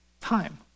time